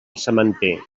sementer